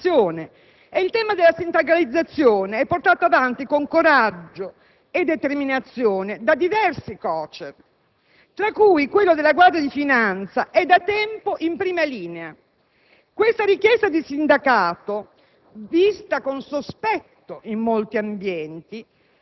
Sto parlando del tema della rappresentanza che però è anche il tema della sindacalizzazione, portato avanti con coraggio e determinazione da diversi COCER, tra cui quello della Guardia di finanza è da tempo in prima linea.